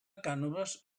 cànoves